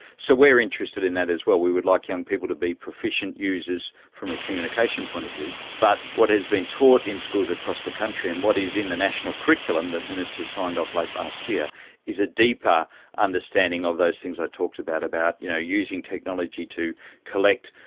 so we are interested in that as well. we would like young people to be proficient users from a communication point of view. but what has been taught in schools across the country and what is in the national curriculum that ministers signed off on late last year is a deeper understanding of those things i talked about, about you know using technology to collect,